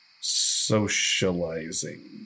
socializing